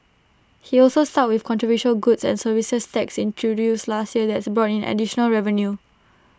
he also stuck with controversial goods and services tax introduced last year that's brought in additional revenue